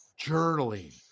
journaling